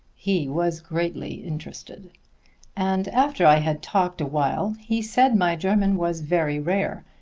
he was greatly interested and after i had talked a while he said my german was very rare,